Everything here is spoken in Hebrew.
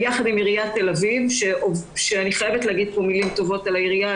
ביחד עם עיריית תל אביב ואני חייבת להגיד פה מילים טובות על העירייה,